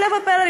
הפלא ופלא,